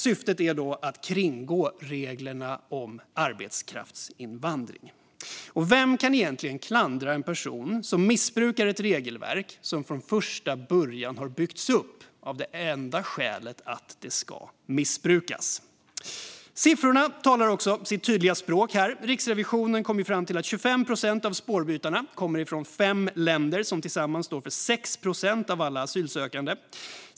Syftet är då att kringgå reglerna om arbetskraftsinvandring. Och vem kan egentligen klandra en person som missbrukar ett regelverk som från första början byggts upp av det enda skälet att det ska missbrukas? Siffrorna talar också sitt tydliga språk. Riksrevisionen kom fram till att 25 procent av spårbytarna kommer från fem länder som tillsammans står för 6 procent av alla asylsökande.